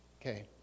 okay